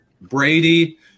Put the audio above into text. brady